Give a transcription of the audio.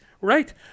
right